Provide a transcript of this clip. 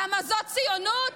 למה, זאת ציונות?